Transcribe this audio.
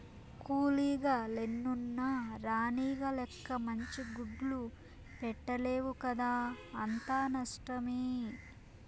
కూలీగ లెన్నున్న రాణిగ లెక్క మంచి గుడ్లు పెట్టలేవు కదా అంతా నష్టమే